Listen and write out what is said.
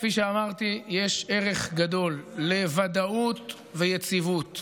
כפי שאמרתי, יש ערך גדול לוודאות ויציבות.